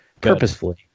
Purposefully